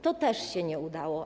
To też się nie udało.